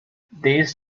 these